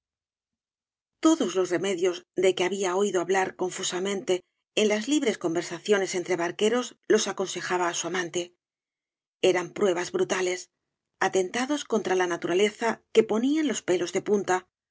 todos los remedias de que había oído hablar confusamente en las libres conversaciones entre barqueros los aconsejaba á su amante eran pruebas brutales atentados contra la naturaleza que ponían los pelos de punta